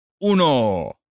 uno